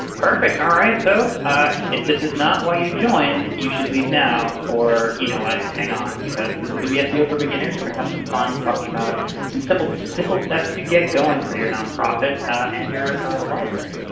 perfect! alright. so if this is not why you joined, you should leave now, or, you know, ah hang on because this is going to be seo for beginners. we're going to have some fun talking about some simple simple steps to get going for your nonprofit and your library.